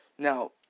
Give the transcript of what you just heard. Now